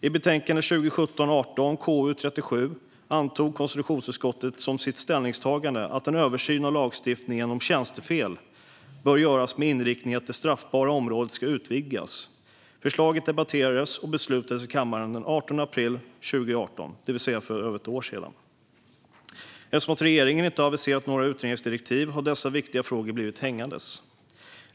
I betänkande 2017/18:KU37 antog konstitutionsutskottet som sitt ställningstagande att en översyn av lagstiftningen om tjänstefel bör göras med inriktningen att det straffbara området ska utvidgas. Förslaget debatterades och beslutades i kammaren den 18 april 2018, det vill säga för över ett år sedan. Eftersom regeringen inte har aviserat några utredningsdirektiv har dessa viktiga frågor blivit hängande.